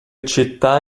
città